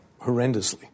Horrendously